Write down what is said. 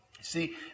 see